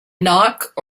knock